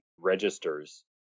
registers